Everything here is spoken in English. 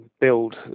build